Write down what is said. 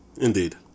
Indeed